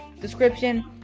description